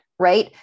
Right